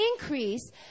increase